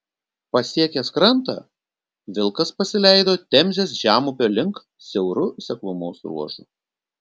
pasiekęs krantą vilkas pasileido temzės žemupio link siauru seklumos ruožu